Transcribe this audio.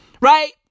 Right